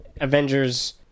Avengers